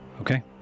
Okay